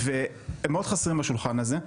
הם מאוד חסרים בשולחן הזה.